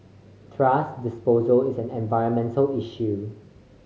thrash disposal is an environmental issue